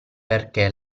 perché